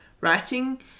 writing